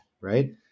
right